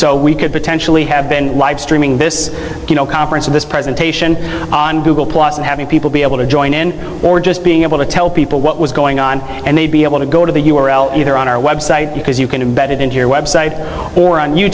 so we could potentially have been live streaming this you know conference of this presentation on google plus and having people be able to join in or just being able to tell people what was going on and they'd be able to go to the u r l either on our website because you can embed it into your website or on you